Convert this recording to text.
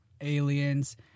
aliens